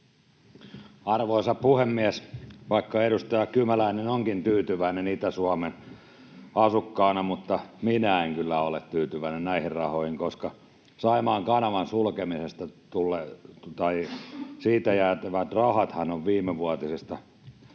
Arvoisa puhemies! Vaikka edustaja Kymäläinen onkin tyytyväinen Itä-Suomen asukkaana, minä en kyllä ole tyytyväinen näihin rahoihin. Saimaan kanavan sulkemisesta jäävät rahathan ovat viimevuotisesta budjetista